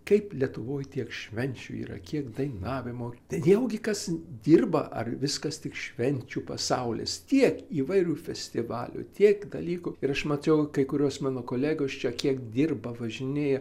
kaip lietuvoj tiek švenčių yra kiek dainavimo tai vėlgi kas dirba ar viskas tik švenčių pasaulis tiek įvairių festivalių tiek dalykų ir aš mačiau kai kuriuos mano kolegos čia kiek dirba važinėja